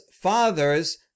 father's